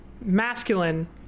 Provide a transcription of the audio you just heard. masculine